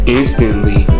instantly